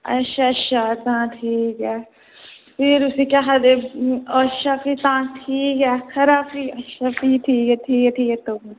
अच्छा अच्छा तां ठीक ऐ फिर अच्छा फिर केह् आक्खदे अच्छा फिर तां ठीक ऐ खरा भी अच्छा अच्छा ठीक ऐ